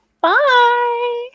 bye